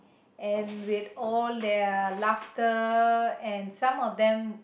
and with all their laughter and some of them